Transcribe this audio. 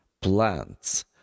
plants